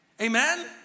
Amen